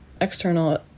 external